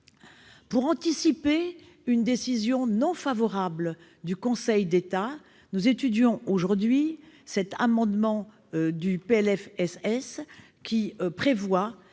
Pour anticiper une décision non favorable du Conseil d'État, nous étudions aujourd'hui cet article du PLFSS, tendant